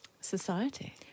Society